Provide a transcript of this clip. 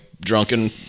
drunken